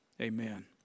Amen